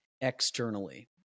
externally